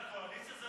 הקואליציה, לא.